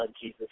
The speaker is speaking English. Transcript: Jesus